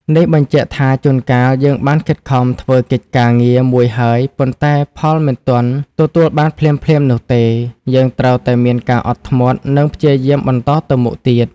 នេះបញ្ជាក់ថាជួនកាលយើងបានខិតខំធ្វើកិច្ចការងារមួយហើយប៉ុន្តែផលមិនទាន់ទទួលបានភ្លាមៗនោះទេយើងត្រូវតែមានការអត់ធ្មត់និងព្យាយាមបន្តទៅមុខទៀត។